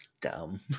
Dumb